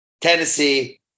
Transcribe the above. Tennessee